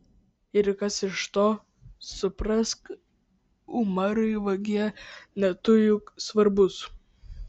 ir kas iš to suprask umarai vagie ne tu juk svarbus